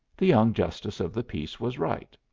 the young justice of the peace was right.